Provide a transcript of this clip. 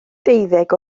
deuddeg